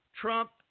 Trump